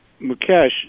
Mukesh